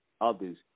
others